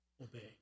obey